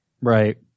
Right